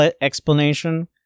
explanation